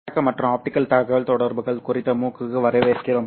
வணக்கம் மற்றும் ஆப்டிகல் தகவல்தொடர்புகள் குறித்த MOOC க்கு வரவேற்கிறோம்